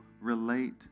relate